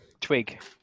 Twig